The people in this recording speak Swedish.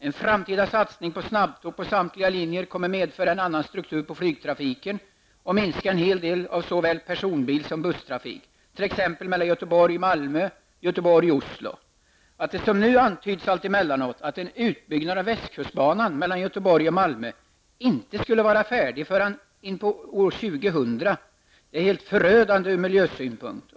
En framtida satsning på snabbtåg på samtliga linjer kommer att medföra en annan struktur på flygtrafiken och minska såväl personbils som busstrafiken, t.ex. mellan Göteborg och Malmö samt Göteborg och Oslo. Det antyds emellanåt att en utbyggnad av Västkustbanan mellan Göteborg och Malmö inte skulle vara färdig förrän in på 2000-talet. Om så är fallet är det helt förödande ur miljösynpunkt.